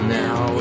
now